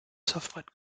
surfbrett